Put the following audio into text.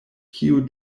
kio